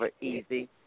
easy